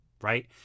right